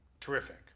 terrific